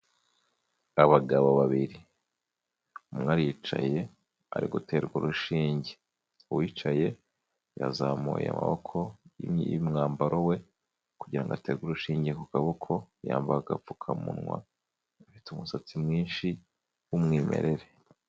Abagabo babiri, umwe aricaye ari guterwa urushinge, uwicaye yazamuye amaboko y'umwambaro we kugira ngo aterwe urushinge ku kaboko, yambaye agapfukamunwa, afite umusatsi mwinshi w'umwimerere.